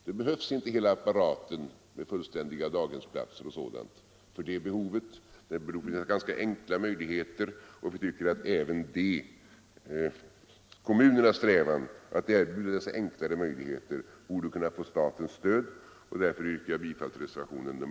Det behövs inte hela apparaten med fullständiga daghemsplatser och sådant för det behovet. Vi tycker att kommunernas strävan att erbjuda enklare möjligheter borde kunna få statens stöd. Därför yrkar jag bifall till reservationen 12.